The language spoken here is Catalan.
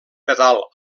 pedal